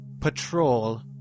Patrol